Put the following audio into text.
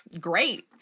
great